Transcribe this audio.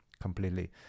completely